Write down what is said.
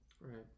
Right